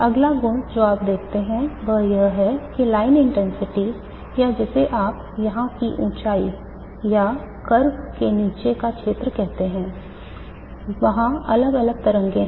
अगला गुण जो आप देखते हैं वह यह है कि लाइन इंटेंसिटी या जिसे आप यहाँ की ऊँचाई या प्रत्येक वक्र के नीचे का क्षेत्र कहते हैं वहाँ अलग अलग तरंगें हैं